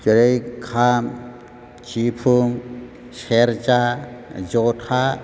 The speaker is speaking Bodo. जेरै खाम सिफुं सेर्जा जथा